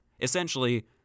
Essentially